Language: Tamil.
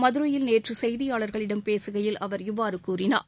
மதுரையில் நேற்று செய்தியாளர்களிடம் பேசுகையில் அவர் இவ்வாறு கூறினார்